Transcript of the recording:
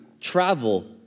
travel